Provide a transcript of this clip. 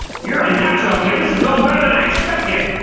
you're a natural, kid! this is going better than i expected!